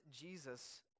Jesus